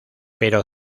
pero